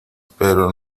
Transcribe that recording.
pero